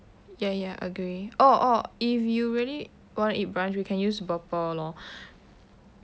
ya ya agree oh oh if you really want to eat brunch we can use burpple lor